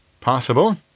Possible